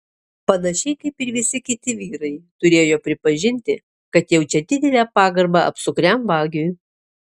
panašiai kaip ir visi kiti vyrai turėjo pripažinti kad jaučia didelę pagarbą apsukriam vagiui